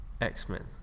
X-Men